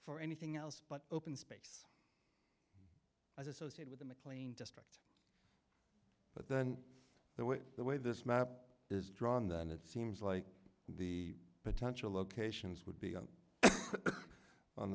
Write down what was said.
for anything else but open space as associated with the mclean district but then the way the way this map is drawn then it seems like the potential locations would be on